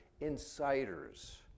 insiders